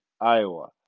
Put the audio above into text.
Iowa